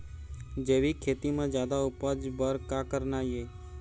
जैविक खेती म जादा उपज बर का करना ये?